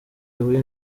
bihuye